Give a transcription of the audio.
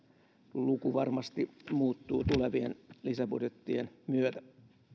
luku varmasti muuttuu tulevien lisäbudjettien myötä